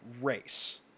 race